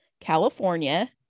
california